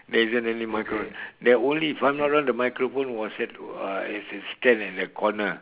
there isn't any micro~ there only if I'm not wrong the microphone was at uh it's is stand at the corner